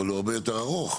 אבל ההליך הרבה יותר ארוך.